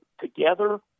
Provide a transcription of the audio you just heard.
together